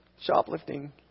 shoplifting